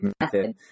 method